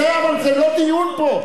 הוא לא דייק, בסדר, אבל זה לא דיון פה.